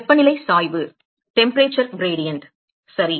வெப்பநிலை சாய்வு சரி